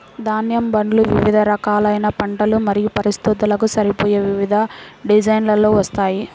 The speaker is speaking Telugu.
ధాన్యం బండ్లు వివిధ రకాలైన పంటలు మరియు పరిస్థితులకు సరిపోయే వివిధ డిజైన్లలో వస్తాయి